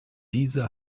diese